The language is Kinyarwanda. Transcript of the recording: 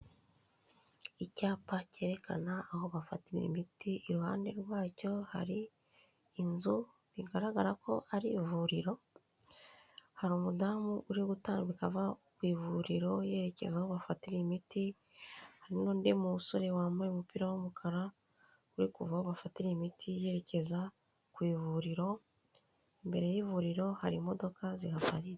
Icyapa cyerekana aho bafatira imiti iruhande rwacyo hari inzu bigaragara ko ari ivuriro, hari umudamu uri gutambika ava ku ivuriro yerekeza aho bafatira imiti, hari n'undi musore wambaye umupira w'umukara, uri kuva aho bafatira imiti yerekeza ku ivuriro, imbere y'ivuriro hari imodoka zihahagatse.